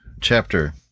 chapter